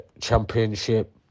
championship